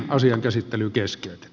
asian käsittely keski